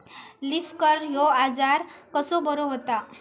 Leaf curl ह्यो आजार कसो बरो व्हता?